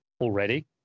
already